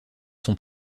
sont